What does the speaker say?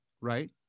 right